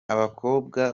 abakobwa